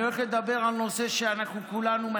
אני הולך לדבר על נושא שכולנו מסכימים עליו.